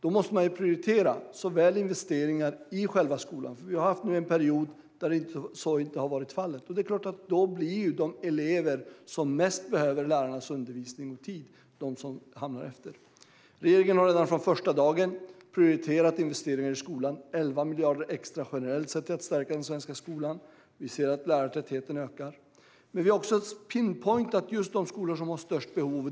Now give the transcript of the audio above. Då måste man prioritera investeringar i själva skolan. Vi har haft en period där så inte har varit fallet. Det är klart att då blir de elever som mest behöver lärarnas undervisning och tid de som hamnar efter. Regeringen har redan från första dagen prioriterat investeringar i skolan. Vi har satsat 11 miljarder extra generellt sett till att stärka den svenska skolan. Vi ser att lärartätheten ökar. Men vi har också pinpointat just de skolor som har störst behov.